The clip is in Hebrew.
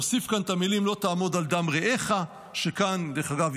נוסיף כאן את המילים: "לא תעמֹד על דם רֵעֶךָ" דרך אגב,